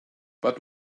but